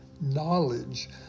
knowledge